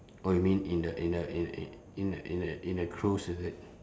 oh you mean in the in the in in in a in a in a cruise is it